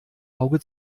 auge